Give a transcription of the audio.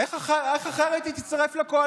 איך אחרת היא תצטרף לקואליציה?